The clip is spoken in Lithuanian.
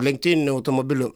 lenktyniniu automobiliu